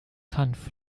hanf